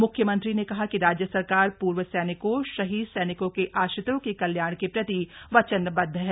मुख्यमंत्री ने कहा कि राज्य सरकार पूर्व सैनिकों शहीद सैनिकों के आश्रितों के कल्याण के प्रति वचनबद्व है